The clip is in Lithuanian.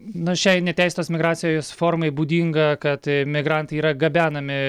nu šiai neteisėtos migracijos formai būdinga kad migrantai yra gabenami